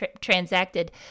transacted